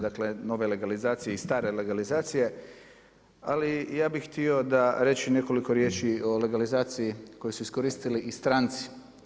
Dakle nove legalizacije i stare legalizacije, ali ja bi htio da reći nekoliko riječi o legalizaciji koje su iskoristili i stranci.